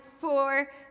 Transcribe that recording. four